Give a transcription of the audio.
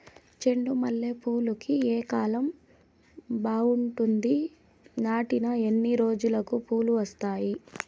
చెండు మల్లె పూలుకి ఏ కాలం బావుంటుంది? నాటిన ఎన్ని రోజులకు పూలు వస్తాయి?